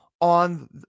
on